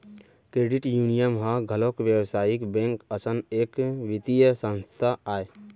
credit union ह घलोक बेवसायिक बेंक असन एक बित्तीय संस्था आय